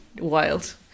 Wild